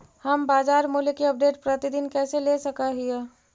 हम बाजार मूल्य के अपडेट, प्रतिदिन कैसे ले सक हिय?